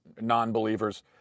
non-believers